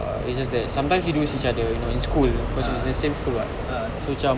uh it's just that sometimes we do see each other you know in school because it's the same school what so cam